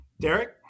Derek